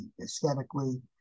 aesthetically